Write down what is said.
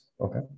Okay